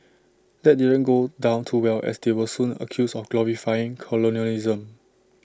that didn't go down too well as they were soon accused of glorifying colonialism